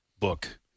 Book